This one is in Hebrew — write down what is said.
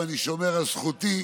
ואני שומר על זכותי